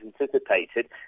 anticipated